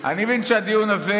אני מבין שהדיון הזה,